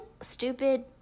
stupid